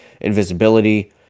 invisibility